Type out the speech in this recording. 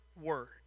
word